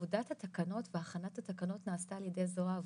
עבודת התקנות והכנת התקנות נעשתה על ידי זרוע העבודה,